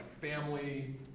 family